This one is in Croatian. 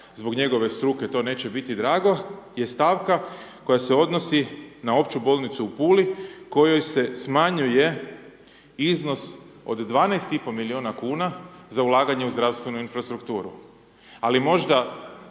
zbog njegove struke to neće biti drago, je stavka koja se odnosi na Opću bolnicu u Puli, kojoj se smanjuje iznos od 12,5 milijuna kuna za ulaganje u zdravstvenu infrastrukturu. Ali možda